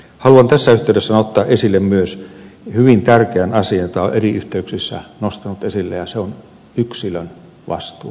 haluan tässä yhteydessä ottaa esille myös hyvin tärkeän asioita eri yhteyksissä nostanut esille ja se on yksilön vastuu